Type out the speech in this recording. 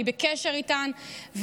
אני בקשר איתם,